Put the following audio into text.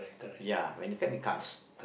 ya when it come it comes